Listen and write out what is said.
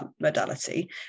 modality